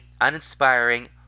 uninspiring